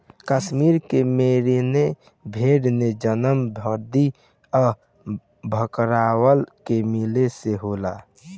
कश्मीर के मेरीनो भेड़ के जन्म भद्दी आ भकरवाल के मिले से होला